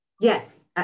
Yes